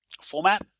format